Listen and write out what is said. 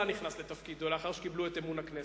נכנס לתפקידו לאחר שקיבלו את אמון הכנסת.